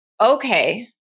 okay